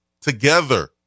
together